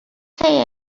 say